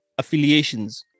affiliations